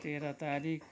तेह्र तारिक